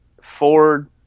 Ford